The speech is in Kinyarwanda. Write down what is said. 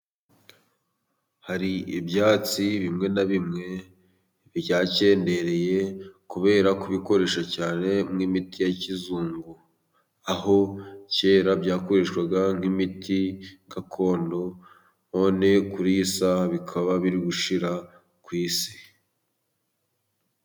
Hari ibyatsi bimwe na bimwe byakendereye kubera kubikoresha cyane nk'imiti ya kizungu. Aho kera byakoreshwaga nk'imiti gakondo, none kuri iyi saha bikaba biri gushira ku isi.